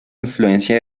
influencia